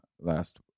last